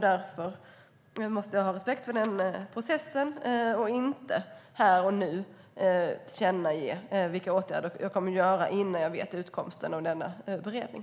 Därför måste jag ha respekt för den processen och inte här och nu tillkännage vilka åtgärder jag kommer att vidta innan jag vet utfallet av denna beredning.